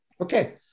Okay